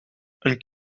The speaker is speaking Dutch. een